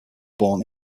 born